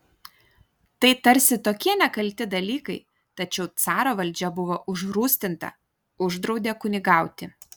tai tarsi tokie nekalti dalykai tačiau caro valdžia buvo užrūstinta uždraudė kunigauti